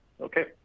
Okay